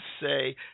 say